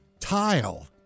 tile